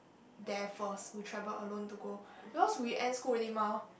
there first we travel alone to go because we end school already mah